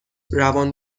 روان